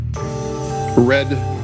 red